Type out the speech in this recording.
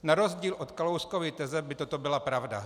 Na rozdíl od Kalouskovy teze by toto byla pravda.